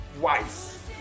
wise